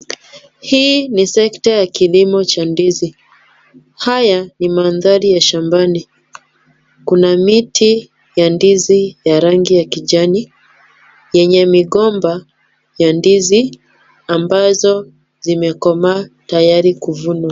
Hii ni sekta ya kilimo cha ndizi. Haya ni mandhari ya shambani. Kuna miti ya ndizi ya rangi ya kijani yenye migomba ya ndizi ambazo zimekomaa tayari kuvunwa.